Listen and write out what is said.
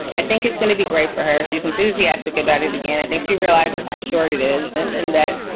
i think it's going to be great for her. she's enthusiastic about it. again, i think she realizes how short it is and and that,